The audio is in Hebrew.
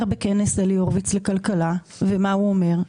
בכנס אלי הורוביץ לכלכלה ומה הוא אומר?